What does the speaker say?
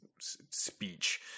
speech